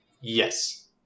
Yes